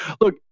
Look